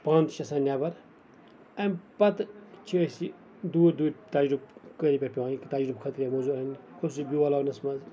پانہٕ تہِ چھِ آسان نٮ۪بر اَمہِ پَتہٕ چھِ أسۍ یہِ دوٗرِ دوٗرِ تَجرُبہٕ کٲری پٮ۪ٹھ پیٚوان یہِ تَجرُبہٕ خٲطرٕ یِم موٚزوٗر انٕنۍ خصوٗصی بیول وونَس منٛز